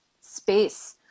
space